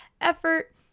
effort